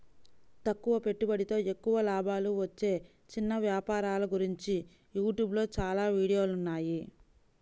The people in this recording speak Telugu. తక్కువ పెట్టుబడితో ఎక్కువ లాభాలు వచ్చే చిన్న వ్యాపారాల గురించి యూట్యూబ్ లో చాలా వీడియోలున్నాయి